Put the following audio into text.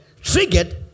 triggered